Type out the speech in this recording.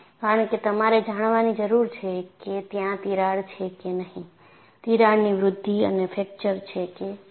કારણ કે તમારે જાણવાની જરૂર છે કે ત્યાં તિરાડ છે કે નહી તિરાડની વૃદ્ધિ અને ફ્રેકચર છે કે નહી